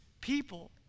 people